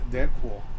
Deadpool